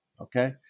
okay